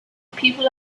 people